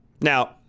Now